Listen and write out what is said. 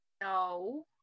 No